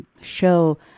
show